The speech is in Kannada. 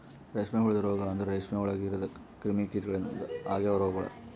ರೇಷ್ಮೆ ಹುಳದ ರೋಗ ಅಂದುರ್ ರೇಷ್ಮೆ ಒಳಗ್ ಇರದ್ ಕ್ರಿಮಿ ಕೀಟಗೊಳಿಂದ್ ಅಗವ್ ರೋಗಗೊಳ್